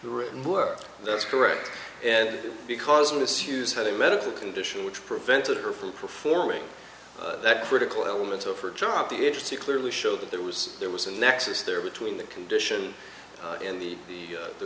written word that's correct and because of this use had a medical condition which prevented her from performing that critical element of her job the interest you clearly showed that there was there was a nexus there between the condition in the